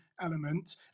element